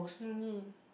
no need